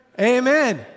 Amen